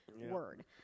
word